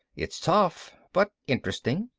it's tough but interesting.